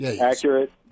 Accurate